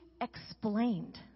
explained